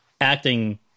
acting